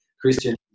Christian